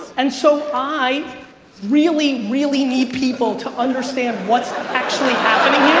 and so i really, really need people to understand what's actually happening